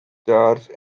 charge